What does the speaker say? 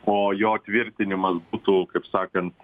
o jo tvirtinimas būtų kaip sakant